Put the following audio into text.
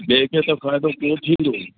ॿिए खे त फ़ाइदो ख़ैरु थिए थो